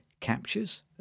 captures